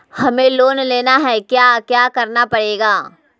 हमें लोन लेना है क्या क्या करना पड़ेगा?